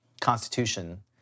constitution